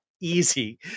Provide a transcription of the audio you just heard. easy